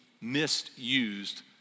misused